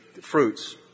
fruits